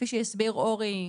כפי שהסביר אורי,